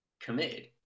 committed